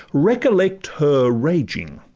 recollect her raging!